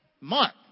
month